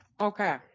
Okay